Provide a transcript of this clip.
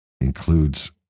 includes